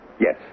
Yes